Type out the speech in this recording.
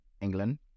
England